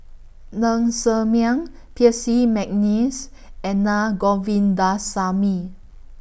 Ng Ser Miang Percy Mcneice and Naa Govindasamy